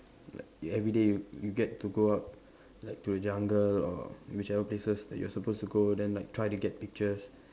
like you everyday you you get to go out like to the jungle or whichever places that you are supposed to go then like try to get pictures